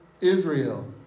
Israel